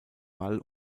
wall